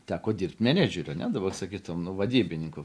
teko dirbt menedžeriu ane dabar sakytum nu vadybininku